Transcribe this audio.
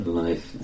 life